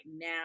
now